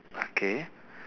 okay